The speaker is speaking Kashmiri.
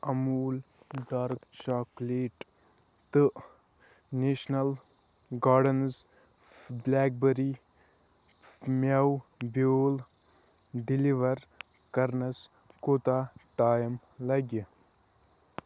اموٗل دارک چاکلیٹ تہٕ نیشنل گارڈنٕز بلیک بیٚری مٮ۪وٕ بیٛول ڈیلیور کرنَس کوٗتاہ ٹایم لَگہِ